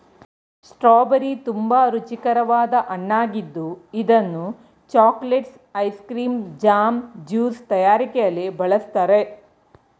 strawberry ತುಂಬಾ ರುಚಿಕರವಾದ ಹಣ್ಣಾಗಿದ್ದು ಇದನ್ನು chocolates, ice cream, jam, juice ತಯಾರಿಕೆಯಲ್ಲಿ ಬಳ್ಸತ್ತರೆ